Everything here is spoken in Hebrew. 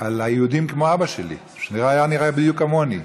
על היהודים, כמו אבא שלי, שהיה נראה בדיוק כמוני,